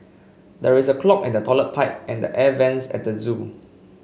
there is a clog in the toilet pipe and the air vents at the zoo